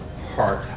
heart